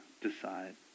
decide